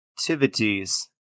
activities